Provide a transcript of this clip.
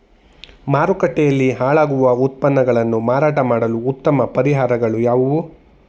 ಮಾರುಕಟ್ಟೆಯಲ್ಲಿ ಹಾಳಾಗುವ ಉತ್ಪನ್ನಗಳನ್ನು ಮಾರಾಟ ಮಾಡಲು ಉತ್ತಮ ಪರಿಹಾರಗಳು ಯಾವುವು?